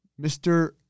Mr